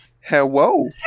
Hello